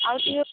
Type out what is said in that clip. ଆଉ ଟିକେ